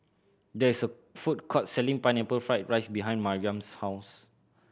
there is a food court selling Pineapple Fried rice behind Maryam's house